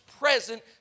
Present